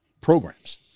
programs